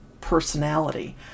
personality